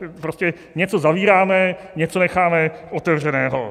Ale prostě něco zavíráme, něco necháme otevřeného.